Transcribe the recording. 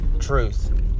truth